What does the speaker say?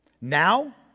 now